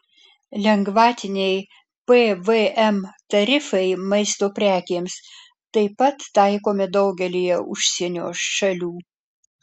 lengvatiniai pvm tarifai maisto prekėms taip pat taikomi daugelyje užsienio šalių